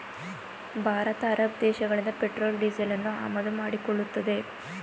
ಭಾರತ ಅರಬ್ ದೇಶಗಳಿಂದ ಪೆಟ್ರೋಲ್ ಡೀಸೆಲನ್ನು ಆಮದು ಮಾಡಿಕೊಳ್ಳುತ್ತದೆ